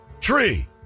Tree